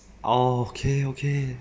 oh okay okay